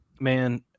man